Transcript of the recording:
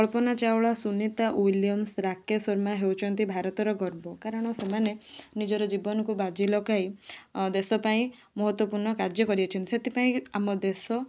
କଳ୍ପନା Chawla Sunita Williams Rakesh Sharma ହେଉଛନ୍ତି ଭାରତର ଗର୍ବ କାରଣ ସେମାନେ ନିଜର ଜୀବନକୁ ବାଜି ଲଗାଇ ଦେଶପାଇଁ ମହତ୍ୱପୂର୍ଣ୍ଣ କାର୍ଯ୍ୟ କରିଅଛନ୍ତି ସେଥିପାଇଁ ଆମ ଦେଶ